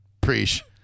Preach